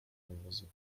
wąwozu